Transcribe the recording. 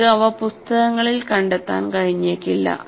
നിങ്ങൾക്ക് അവ പുസ്തകങ്ങളിൽ കണ്ടെത്താൻ കഴിഞ്ഞേക്കില്ല